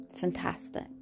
fantastic